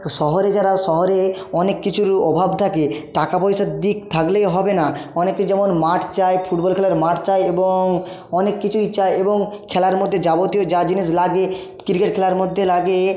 শহরে যারা শহরে অনেক কিছুর অভাব থাকে টাকা পয়সার দিক থাকলেই হবে না অনেকে যেমন মাঠ চায় ফুটবল খেলার মাঠ চায় এবং অনেক কিছুই চায় এবং খেলার মধ্যে যাবতীয় যা জিনিস লাগে ক্রিকেট খেলার মধ্যে লাগে